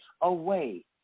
away